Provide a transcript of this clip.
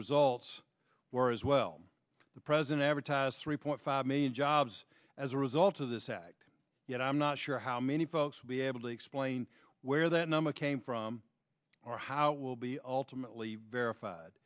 results were as well the president advertised three point five million jobs as a result of this act yet i'm not sure how many folks would be able to explain where that number came from or how it will be ultimately verified